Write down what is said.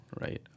right